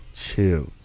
Chill